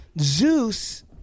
Zeus